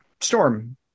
Storm